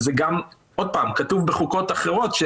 וזה כתוב גם בחוקות אחרות.